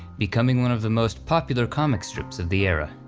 becoming one of the most popular comic strips of the era,